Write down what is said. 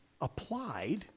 applied